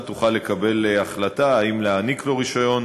תוכל לקבל החלטה אם להעניק לו רישיון